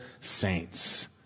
saints